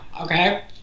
Okay